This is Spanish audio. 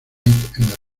superliga